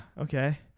okay